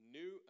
new